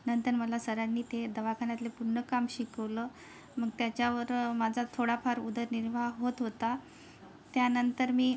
नंतर मला सरांनी ते दवाखान्यातले पूर्ण काम शिकवलं मग त्याच्यावर माझा थोडाफार उदरनिर्वाह होत होता त्यानंतर मी